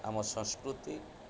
ଆମ ସଂସ୍କୃତି